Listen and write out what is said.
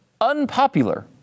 unpopular